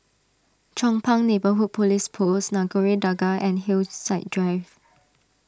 Chong Pang Neighbourhood Police Post Nagore Dargah and Hillside Drive